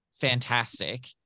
fantastic